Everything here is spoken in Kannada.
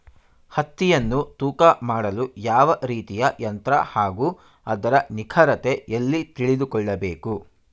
ಹತ್ತಿಯನ್ನು ತೂಕ ಮಾಡಲು ಯಾವ ರೀತಿಯ ಯಂತ್ರ ಹಾಗೂ ಅದರ ನಿಖರತೆ ಎಲ್ಲಿ ತಿಳಿದುಕೊಳ್ಳಬೇಕು?